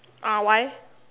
uh why